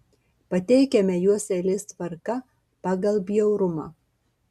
pateikiame juos eilės tvarka pagal bjaurumą